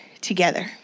together